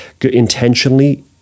intentionally